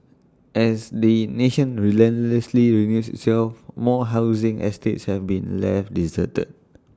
as the nation relentlessly renews itself more housing estates have been left deserted